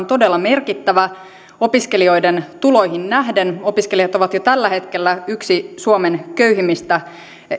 todella merkittävä opiskelijoiden tuloihin nähden opiskelijat ovat jo tällä hetkellä yksi suomen köyhimmistä